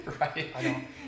Right